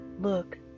Look